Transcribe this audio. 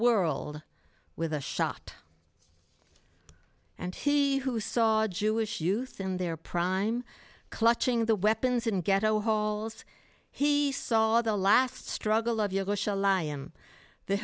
world with a shot and he who saw a jewish youth in their prime clutching the weapons in ghetto halls he saw the last struggle of yo